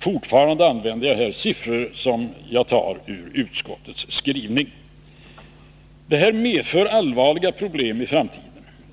Fortfarande använder jag siffror ur utskottets Det här medför allvarliga problem i framtiden.